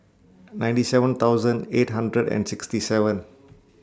ninety seven thousand eight hundred and sixty seven